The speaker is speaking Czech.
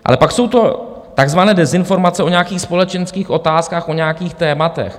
Ale pak jsou to takzvané dezinformace o nějakých společenských otázkách, o nějakých tématech.